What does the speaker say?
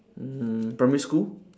mm primary school